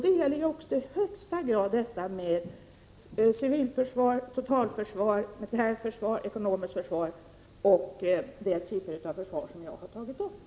Det gäller i högsta grad civilförsvar, totalförsvar, militärt försvar, ekonomiskt försvar och den typen av försvar som jag har tagit upp.